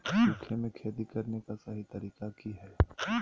सूखे में खेती करने का सही तरीका की हैय?